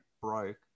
broke